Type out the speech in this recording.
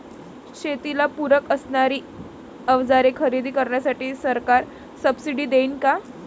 शेतीला पूरक असणारी अवजारे खरेदी करण्यासाठी सरकार सब्सिडी देईन का?